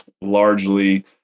largely